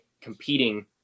competing